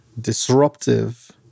disruptive